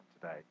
today